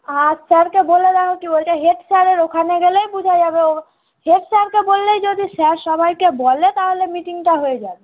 আর স্যারকে বলে দেখো কী বলছে হেড স্যারের ওখানে গেলেই বোঝা যাবে ও হেড স্যারকে বললেই যদি স্যার সবাইকে বলে তাহলে মিটিংটা হয়ে যাবে